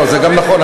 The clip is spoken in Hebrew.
לא, זה גם נכון.